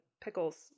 pickles